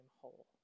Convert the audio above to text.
whole